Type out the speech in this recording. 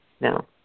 No